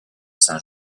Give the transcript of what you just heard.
saint